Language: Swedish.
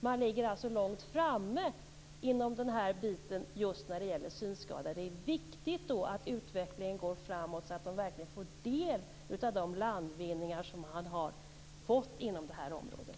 Man ligger alltså långt framme med IT just när det gäller synskadade. Därför är det viktigt att utvecklingen går framåt så att de verkligen får del av de landvinningar som gjorts på området.